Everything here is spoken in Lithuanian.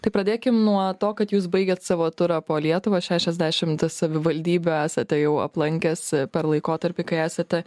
tai pradėkim nuo to kad jūs baigėt savo turą po lietuvą šešiasdešimt savivaldybių esate jau aplankęs per laikotarpį kai esate